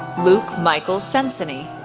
luke michael senseney,